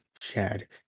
Chad